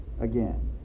again